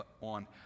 on